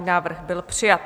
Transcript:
Návrh byl přijat.